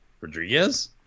Rodriguez